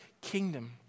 kingdom